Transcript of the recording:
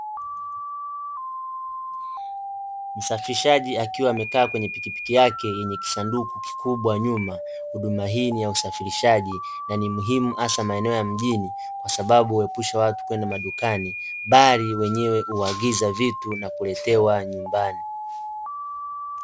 Msafirishaji akiwa amekaa kwenye pikipiki yake yenye kisanduku kikubwa nyuma. Huduma hii ni ya usafirishaji na ni muhimu hasa maeneo ya mjini, kwa sababu huepusha watu kwenda madukani bali wenyewe huagiza vitu na kuletewa nyumbani.